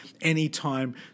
anytime